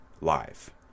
live